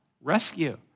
rescue